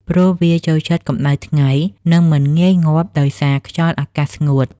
ព្រោះវាចូលចិត្តកម្ដៅថ្ងៃ និងមិនងាយងាប់ដោយសារខ្យល់អាកាសស្ងួត។